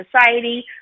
society